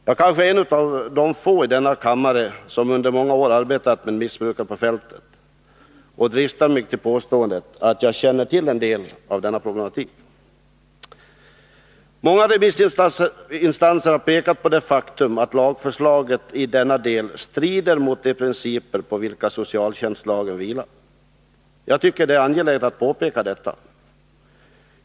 Jag är kanske en av de få i denna kammare som under många år arbetat på fältet med missbrukare och dristar mig till påståendet att jag känner till en del om denna problematik. Många remissinstanser har pekat på det faktum att lagförslaget i denna del strider mot de principer på vilka socialtjänstlagen vilar. Jag är angelägen att påpeka detta.